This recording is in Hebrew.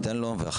אורן